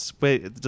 Wait